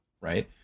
right